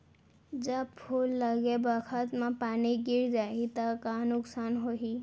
जब फूल लगे बखत म पानी गिर जाही त का नुकसान होगी?